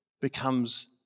becomes